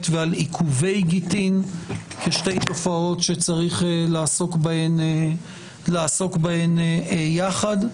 ועל עיכובי גיטין כשתי תופעות שצריך לעסוק בהן יחד.